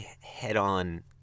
head-on